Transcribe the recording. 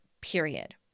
period